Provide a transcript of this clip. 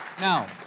now